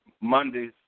Mondays